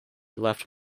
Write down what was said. left